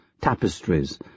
tapestries